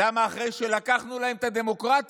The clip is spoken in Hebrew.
למה אחרי שלקחנו להם את הדמוקרטיה,